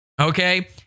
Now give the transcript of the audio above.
okay